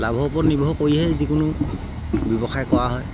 লাভৰ ওপৰত নিৰ্ভৰ কৰিয়ে যিকোনো ব্যৱসায় কৰা হয়